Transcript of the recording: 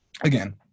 again